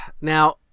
now